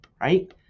right